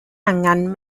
angan